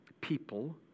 people